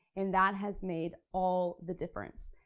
and that has made all the difference.